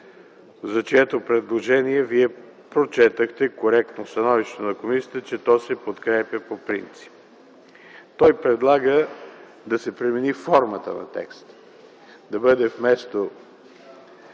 за чието предложение Вие прочетохте коректно в становището на комисията, че то се подкрепя по принцип? Той предлага да се промени формата на текста – да бъде вместо